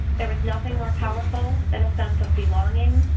there was nothing more powerful than a sense of belonging,